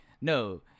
no